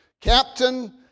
Captain